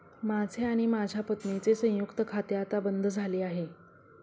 माझे आणि माझ्या पत्नीचे संयुक्त खाते आता बंद झाले आहे